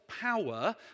power